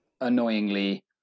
annoyingly